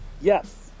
Yes